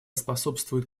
способствует